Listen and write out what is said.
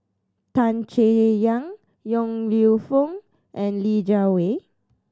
Tan Chay Yan Yong Lew Foong and Li Jiawei